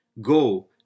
Go